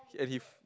and he